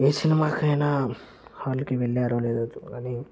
ఏ సినిమాకైనా హాల్కి వెళ్ళారో లేదో కానీ